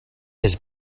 his